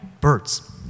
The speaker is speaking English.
birds